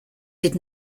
did